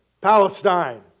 Palestine